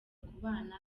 kubana